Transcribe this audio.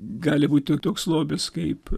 gali būti toks lobis kaip